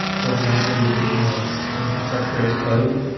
for example, the addition of infrastructure as code?